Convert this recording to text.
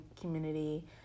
community